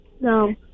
No